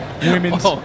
women's